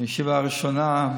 ישיבה ראשונה,